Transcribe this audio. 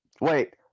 Wait